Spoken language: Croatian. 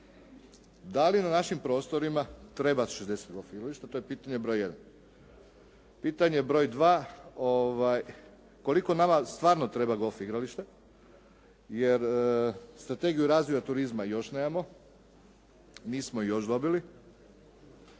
Da li na našim prostorima treba 60 golf igrališta? To je pitanje broj jedan. Pitanje broj dva koliko nama stvarno treba golf igralište, jer strategiju razvoja turizma još nemamo, nismo je još dobili.